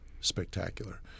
spectacular